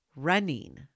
Running